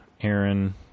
Aaron